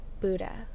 Buddha